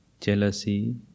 jealousy